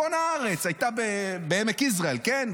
בצפון הארץ, הייתה בעמק יזרעאל, כן.